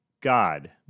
God